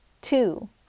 two